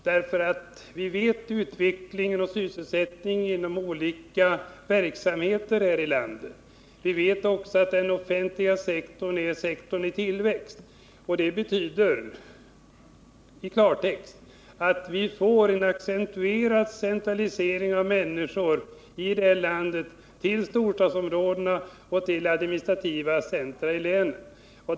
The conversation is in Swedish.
Vi känner till utvecklingen och sysselsättningsgraden inom olika verksamheter här i landet, och vi vet att den offentliga sektorn befinner sig i tillväxt. Det betyder i klartext att vi får en accentuerad centralisering av människor till storstadsområden och administrativa centra i länen.